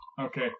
okay